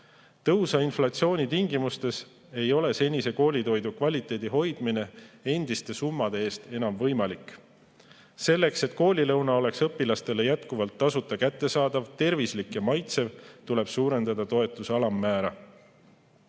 Tõusva inflatsiooni tingimustes ei ole koolitoidu senise kvaliteedi hoidmine endiste summade eest enam võimalik. Selleks, et koolilõuna oleks õpilastele jätkuvalt tasuta kättesaadav, tervislik ja maitsev, tuleb suurendada toetuse alammäära.